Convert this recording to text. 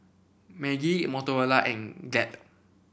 Maggi Motorola and Glad